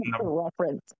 reference